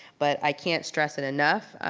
but i can't stress it enough,